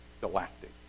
galactic